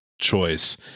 choice